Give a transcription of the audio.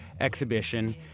exhibition